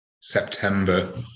September